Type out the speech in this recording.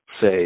say